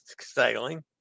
sailing